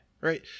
right